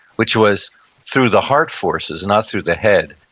which was through the heart forces, not through the head.